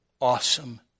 awesome